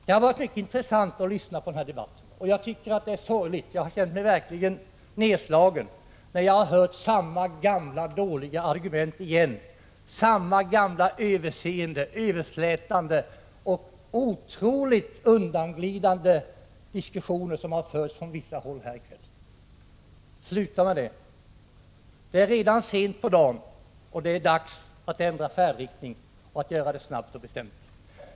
Det har varit mycket intressant att lyssna på den här debatten, men det har varit sorgligt — jag har verkligen känt mig nedslagen — när jag har hört samma gamla dåliga argument igen, samma gamla överseende, överslätande och otroligt undanglidande diskussioner som har förts från vissa håll här i kväll. Sluta med det! Det är redan sent på dagen, och det är dags att ändra färdriktning och göra det snabbt och bestämt.